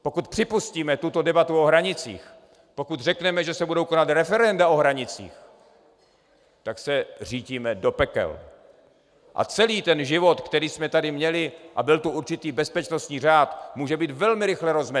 Pokud připustíme tuto debatu o hranicích, pokud řekneme, že se budou konat referenda o hranicích, tak se řítíme do pekel a celý život, který jsme tady měli, a byl tu určitý bezpečnostní řád, může být velmi rychle rozmetán.